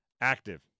active